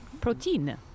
Protein